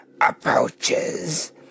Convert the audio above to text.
approaches